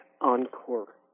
encore